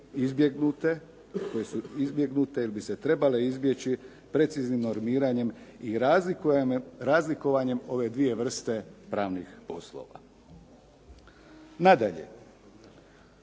izbjegnute ili bi se trebale izbjeći preciznim normiranjem i razlikovanjem ove dvije vrste pravnih poslova. Nadalje,